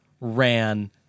ran